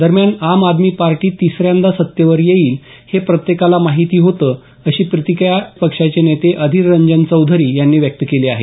दरम्यान आम आदमी पार्टी तिसऱ्यांदा सत्तेवर येईल हे प्रत्येकाला माहिती होतं अशी प्रतिक्रीया काँग्रेस पक्षाचे नेते अधीर रंजन चौधरी यांनी व्यक्त केली आहे